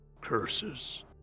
curses